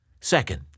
Second